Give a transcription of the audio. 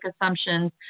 assumptions